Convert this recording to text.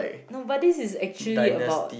no but this is actually about